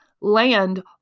land